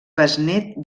besnét